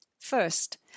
First